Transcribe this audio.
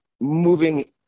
moving